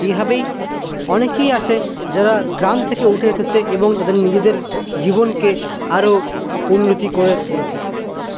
এভাবেই অনেকেই আছে যারা গ্রাম থেকে উঠে এসেছে এবং তাদের নিজেদের জীবনকে আরো উন্নতি করে তুলেছে